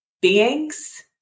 beings